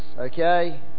okay